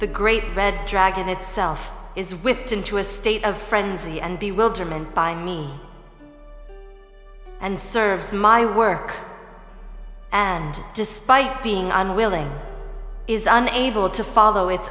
the great red dragon itself is whipped into a state of frenzy and the will to mend by me and serves my work and despite being unwilling is unable to follow its